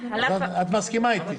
את מסכימה אתי.